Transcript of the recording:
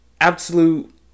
absolute